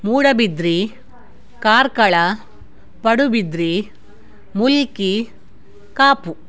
Moodbidri Karkala Padubidri Mulki Kapu